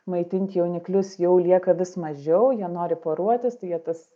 maitint jauniklius jau lieka vis mažiau jie nori poruotis tai jie tas